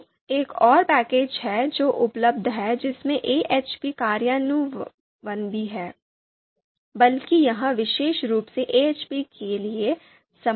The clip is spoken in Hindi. तो एक और पैकेज है जो उपलब्ध है जिसमें AHP कार्यान्वयन भी है बल्कि यह विशेष रूप से AHP के लिए समर्पित है